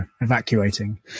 evacuating